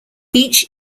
each